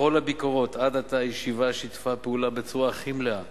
בכל הביקורות עד עתה הישיבה שיתפה פעולה בצורה הכי מלאה